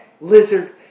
lizard